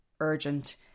urgent